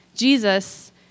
Jesus